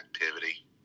activity